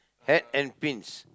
hat and pins